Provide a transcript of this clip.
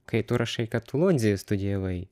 kai tu rašai kad lodzėje studijavai